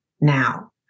now